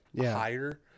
higher